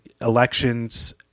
elections